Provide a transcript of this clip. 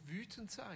Wütendsein